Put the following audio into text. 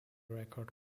record